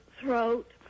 throat